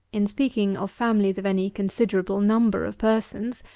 in speaking of families of any considerable number of persons,